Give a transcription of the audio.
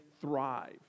thrive